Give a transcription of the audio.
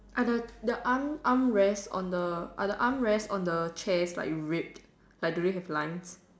are the the arm arm rest on the on the arm rest on the chair like ripped like do they have lines